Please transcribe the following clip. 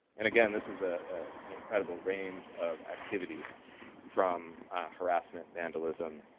and again, this is a and incredible range of activities from harassment, vandalism,